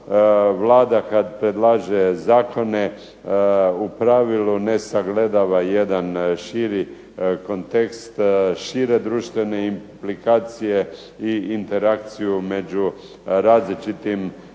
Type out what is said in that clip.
Vlada kada predlaže zakone, ne sagledava jedan kontekst širi kontekst šire društvene implikacije i interakciju među različitim